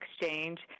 Exchange